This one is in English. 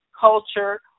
culture